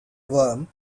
warm